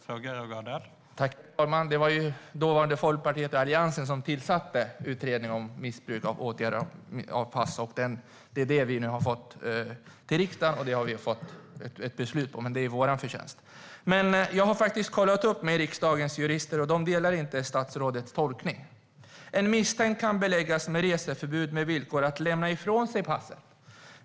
Herr talman! Det var det dåvarande Folkpartiet i Alliansen som tillsatte utredningen om missbruk av pass, och det är det som vi nu har fått till riksdagen och fattat beslut om. Men det är vår förtjänst. Jag har faktiskt kollat upp med riksdagens jurister, och de delar inte statsrådets tolkning. En misstänkt kan beläggas med reseförbud med villkor att lämna ifrån sig passet.